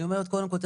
אני אומרת קודם כל,